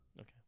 Okay